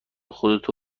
خودتو